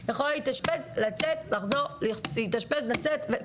יכולה להתאשפז לצאת לחזור להתאשפז לצאת,